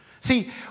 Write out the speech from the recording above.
See